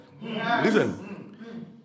listen